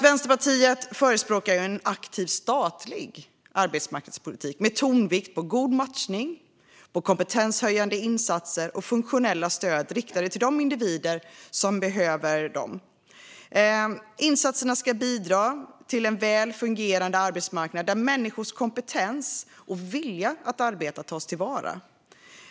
Vänsterpartiet förespråkar som sagt en aktiv statlig arbetsmarknadspolitik med tonvikt på god matchning, kompetenshöjande insatser och funktionella stöd riktade till de individer som behöver dem. Insatserna ska bidra till en väl fungerande arbetsmarknad där människors kompetens och vilja att arbeta tas till vara.